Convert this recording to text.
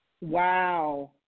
Wow